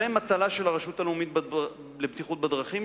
זו מטלה של הרשות הלאומית לבטיחות בדרכים,